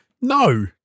No